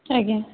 ଆଜ୍ଞା